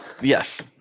yes